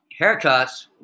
haircuts